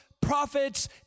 prophets